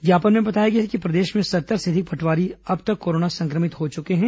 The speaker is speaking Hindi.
ज्ञापन में बताया गया है कि प्रदेश में सत्तर से अधिक पटवारी अब तक कोरोना संक्रमित हो चुके हैं